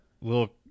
little